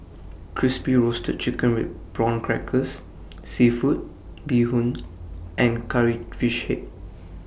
Crispy Roasted Chicken with Prawn Crackers Seafood Bee Hoon and Curry Fish Head